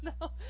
no